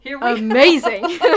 amazing